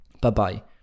bye-bye